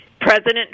President